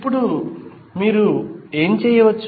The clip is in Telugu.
ఇప్పుడు మీరు ఏమి చేయవచ్చు